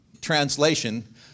translation